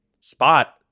spot